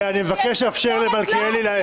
אני מבקש לאפשר למלכיאלי לסיים את דבריו.